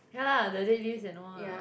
ya lah the dead lifts and all ah